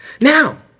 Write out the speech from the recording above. Now